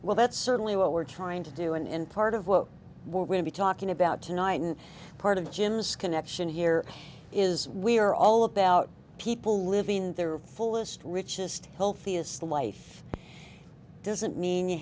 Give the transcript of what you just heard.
well that's certainly what we're trying to do and in part of what we're going to be talking about tonight and part of jim's connection here is we are all about people living their fullest richest healthiest life doesn't mean you